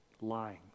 Lying